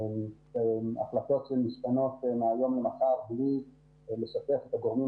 החלטות שמשנות מהיום למחר בלי לשתף את הגורמים